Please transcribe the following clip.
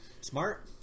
smart